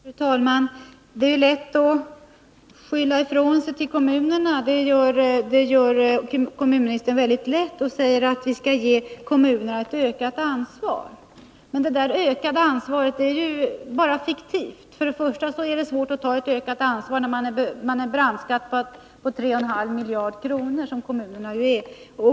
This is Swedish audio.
Fru talman! Det är lätt att skylla ifrån sig på kommunerna. Det gör kommunministern och säger att vi skall ge kommunerna ett ökat ansvar. Men det ökade ansvaret är bara fiktivt. För det första är det svårt att ta ett ökat ansvar när man är brandskattad på 3,5 miljarder kronor, som kommunerna är.